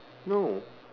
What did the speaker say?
no